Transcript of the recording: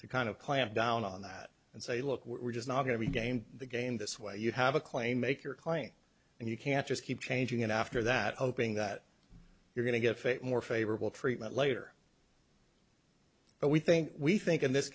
to kind of clamp down on that and say look we're just not going to game the game this way you have a claim make your claim and you can't just keep changing it after that hoping that you're going to get fit more favorable treatment later but we think we think in this